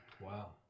Wow